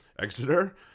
Exeter